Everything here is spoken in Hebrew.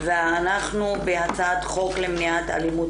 ואנחנו דנים בהצעת חוק למניעת אלימות